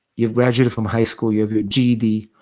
you've graduated from high school, you have your ged,